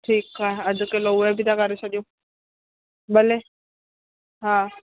ठीकु आहे अधु किलो उहे बि था करे छॾियूं भले हा